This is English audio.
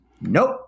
Nope